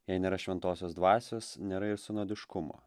jei nėra šventosios dvasios nėra ir sinodiškumo